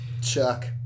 Chuck